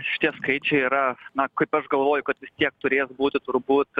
šitie skaičiai yra na kaip aš galvoju kad vis tiek turės būti turbūt